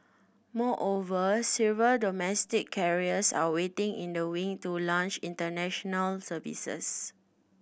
moreover several domestic carriers are waiting in the wing to launch international services